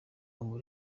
ubu